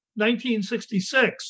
1966